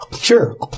Sure